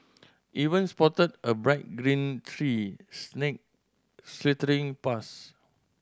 even spotted a bright green tree snake slithering past